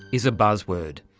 is a buzzword.